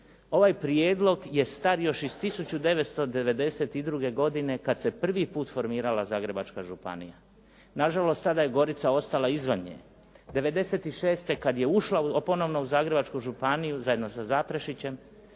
Ovaj prijedlog je star još iz 1992. godine kad se prvi put formirala Zagrebačka županija. Na žalost tada je Gorica ostala izvan nje. '96. kad je ušla ponovno u Zagrebačku županiju, zajedno sa Zaprešićem